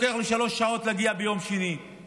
שלוש שעות היה לוקח לי להגיע ביום שני בבוקר,